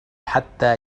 حتى